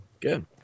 Good